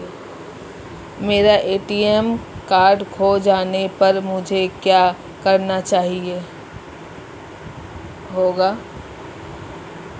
मेरा ATM card खो जाने पर मुझे क्या करना होगा?